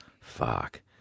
Fuck